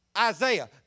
Isaiah